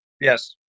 yes